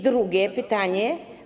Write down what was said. Drugie pytanie.